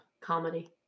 Comedy